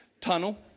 Tunnel